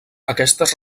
aquestes